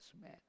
man